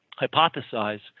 hypothesize